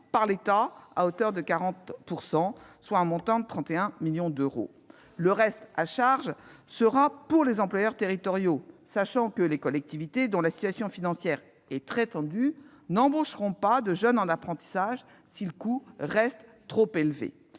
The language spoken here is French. par l'État à hauteur de 40 %, soit un montant de 31 millions d'euros. Le reste à charge sera assumé par les employeurs territoriaux, sachant que les collectivités, dont la situation financière est très tendue, n'embaucheront pas de jeunes en apprentissage si le coût demeure trop élevé.